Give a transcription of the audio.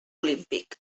olímpic